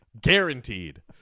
Guaranteed